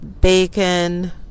bacon